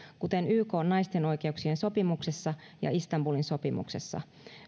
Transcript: kuten ykn naisten oikeuksien sopimuksessa ja istanbulin sopimuksessa